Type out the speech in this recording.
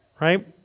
right